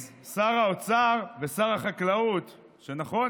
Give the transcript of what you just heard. מעיזים שר האוצר ושר החקלאות, נכון?